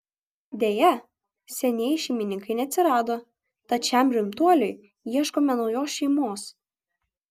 deja senieji šeimininkai neatsirado tad šiam rimtuoliui ieškome naujos šeimos